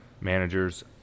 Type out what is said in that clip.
managers